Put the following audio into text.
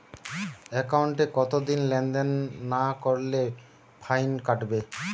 একাউন্টে কতদিন লেনদেন না করলে ফাইন কাটবে?